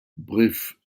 bref